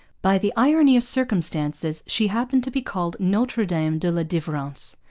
by the irony of circumstances she happened to be called notre-dame de la delivrance.